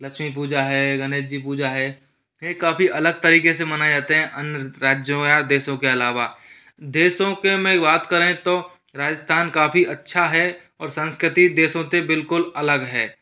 लक्ष्मी पूजा है गणेश जी पूजा है फिर काफ़ी अलग तरीके से मनाया जाते हैं अन्य राज्यों में देसो के अलावा देशों के में बात करें तो राजस्थान काफ़ी अच्छा है और संस्कृति देसो ते बिल्कुल अलग है